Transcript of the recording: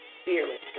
Spirit